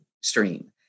stream